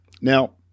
Now